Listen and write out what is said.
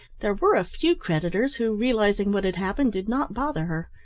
there were a few creditors who, realising what had happened, did not bother her,